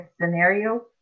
scenario